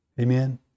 Amen